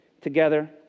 together